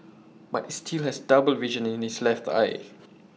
but he still has double vision in his left eye